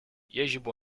يجب